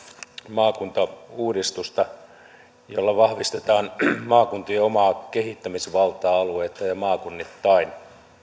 maakuntauudistusta jolla vahvistetaan maakuntien omaa kehittämisvaltaa alueittain ja maakunnittain